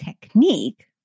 technique